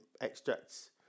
extracts